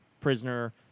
Prisoner